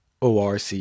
ORC